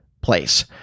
place